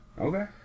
Okay